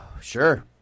sure